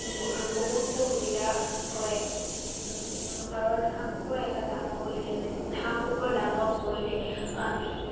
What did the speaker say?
বহুতো সুবিধা হয় কাৰণ হাঁহ কুকুৰা এটা ডাঙৰ কৰিলে ম হাঁহ কুকুৰা ডাঙৰ কৰিলে আমি